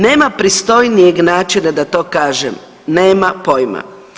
Nema pristojnijeg načina da to kažem, nema poima.